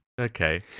okay